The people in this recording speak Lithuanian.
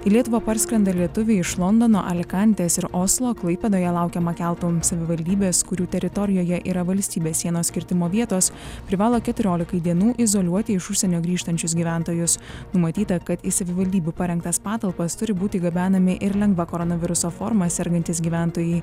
į lietuvą parskrenda lietuviai iš londono alikantes ir oslo klaipėdoje laukiama keltų savivaldybės kurių teritorijoje yra valstybės sienos kirtimo vietos privalo keturiolikai dienų izoliuoti iš užsienio grįžtančius gyventojus numatyta kad į savivaldybių parengtas patalpas turi būti gabenami ir lengva koronaviruso forma sergantys gyventojai